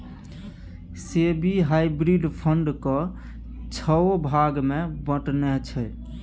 SEBI hybrid fund केँ छओ भाग मे बँटने छै